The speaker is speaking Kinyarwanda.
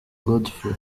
godfrey